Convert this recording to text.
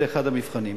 זה אחד המבחנים.